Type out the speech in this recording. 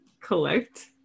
collect